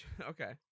Okay